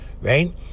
Right